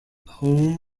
home